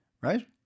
Right